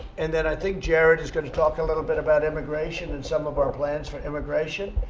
and then i think jared is going to talk a little bit about immigration and some of our plans for immigration.